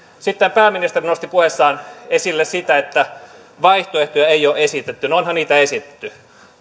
sitten pääministeri nosti puheessaan esille sitä että vaihtoehtoja ei ole esitetty no onhan niitä esitetty